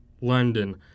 London